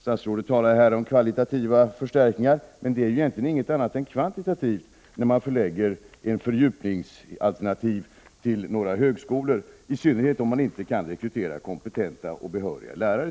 Statsrådet talar om kvalitativa förstärkningar, men det är egentligen ingenting annat än kvantitativt, när fördjupningsalternativ förläggs till några högskolor, i synnerhet om det är svårt att rekrytera kompetenta och behöriga lärare.